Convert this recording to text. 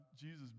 Jesus